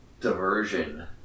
diversion